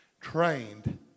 trained